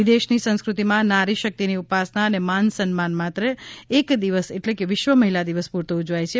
વિદેશની સંસ્કૃતિમાં નારી શક્તિની ઉપાસના અને માન સન્માન માત્ર એક દિવસ એટલે કે વિશ્વ મહિલા દિવસ પૂરતા ઊજવાય છે